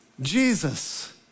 Jesus